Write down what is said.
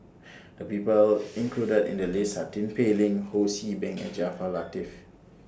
The People included in The list Are Tin Pei Ling Ho See Beng and Jaafar Latiff